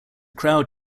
crowd